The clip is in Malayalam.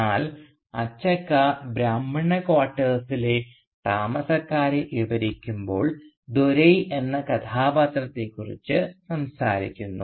എന്നാൽ അച്ചക്ക ബ്രാഹ്മണ ക്വാർട്ടേഴ്സിലെ താമസക്കാരെ വിവരിക്കുമ്പോൾ ദോരൈ എന്ന കഥാപാത്രത്തെക്കുറിച്ച് സംസാരിക്കുന്നു